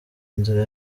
nzira